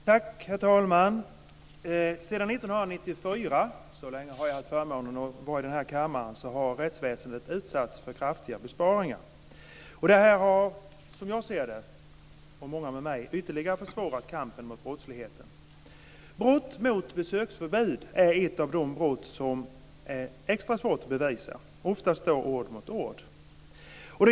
Herr talman! Sedan 1994 - så länge har jag haft förmånen att vara i denna kammare - har rättsväsendet utsatts för kraftiga besparingar. Det har, som jag och många med mig ser det, ytterligare försvårat kampen mot brottsligheten. Brott mot besöksförbud är ett av de brott som är extra svåra att bevisa. Ofta står ord mot ord.